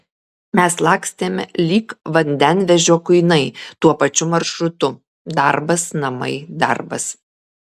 mes lakstėme lyg vandenvežio kuinai tuo pačiu maršrutu darbas namai darbas